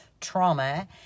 trauma